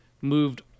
moved